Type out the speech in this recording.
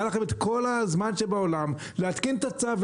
היה לכם את כל הזמן שבעולם להתקין את הצו,